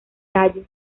tallo